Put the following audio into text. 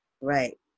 right